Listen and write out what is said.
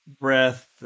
Breath